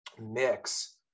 mix